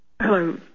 Hello